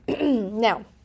Now